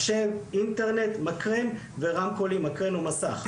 מחשב אינטרנט מקרן ורמקול עם מקרן או מסך.